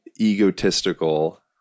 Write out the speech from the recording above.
egotistical